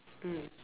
mm